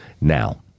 Now